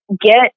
get